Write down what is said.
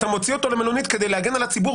אתה מוציא אותו למלונית כדי להגן על הציבור,